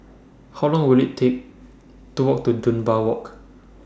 How Long Will IT Take to Walk to Dunbar Walk